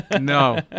No